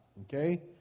Okay